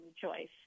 choice